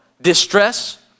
distress